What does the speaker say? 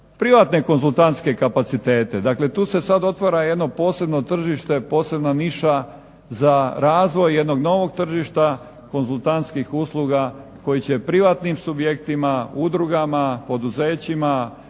privatne konzultantske kapacitete. Dakle tu se sada otvara jedno posebno tržište, posebna niša za razvoj jednog novog tržišta konzultantskih usluga koja će privatnim subjektima, udrugama, poduzećima,